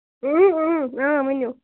اۭں اۭں آ ؤنِو